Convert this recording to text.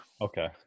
okay